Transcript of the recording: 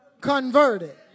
converted